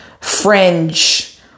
fringe